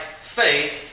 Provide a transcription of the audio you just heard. faith